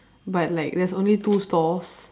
but like there's only two stalls